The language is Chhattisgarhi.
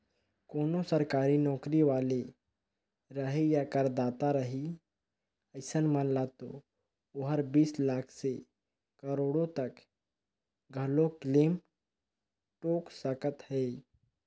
कोनो सरकारी नौकरी वाले रही या करदाता रही अइसन मन ल तो ओहर बीस लाख से करोड़ो तक घलो क्लेम ठोक सकत हे